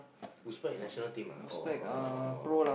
you sprite national team or